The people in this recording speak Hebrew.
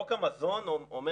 חוק המזון אומר